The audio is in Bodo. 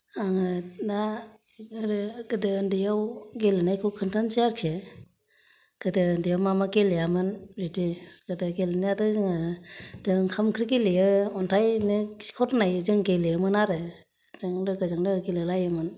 आङो दा गोदो गोदो उन्दैयाव गेलेनायखौ खोन्थानोसै आरोखि गोदो उन्दैयाव मा मा गेलेयामोन बिदि गोदो गेलेनायाथ' जोङो जों ओंखाम ओंख्रि गेलेयो अन्थाय नों खिख'र होनायजों गेलेयोमोन आरो जों लोगोजों लोगो गेलेलायोमोन